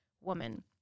woman